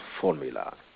formula